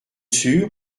sûr